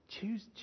Choose